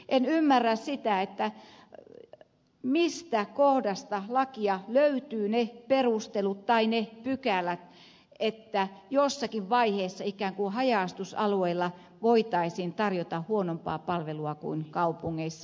en ymmärrä sitä mistä kohdasta lakia löytyvät ne perustelut tai ne pykälät että jossakin vaiheessa haja asutusalueilla ikään kuin voitaisiin tarjota huonompaa palvelua kuin kaupungeissa